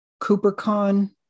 CooperCon